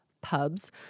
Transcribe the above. pubs